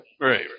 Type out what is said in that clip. right